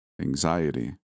anxiety